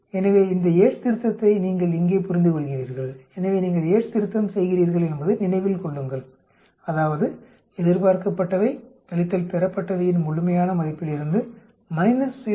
எனவே இந்த யேட்ஸ் திருத்தத்தை நீங்கள் இங்கே புரிந்துகொள்கிறீர்கள் எனவே நீங்கள் யேட்ஸ் திருத்தம் செய்கிறீர்கள் என்பதை நினைவில் கொள்ளுங்கள் அதாவது எதிர்பார்க்கப்பட்டவை கழித்தல் பெறப்பட்டவையின் முழுமையான மதிப்பிலிருந்து மைனஸ் 0